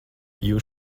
jūs